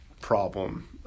problem